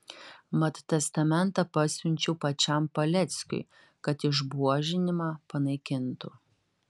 mat testamentą pasiunčiau pačiam paleckiui kad išbuožinimą panaikintų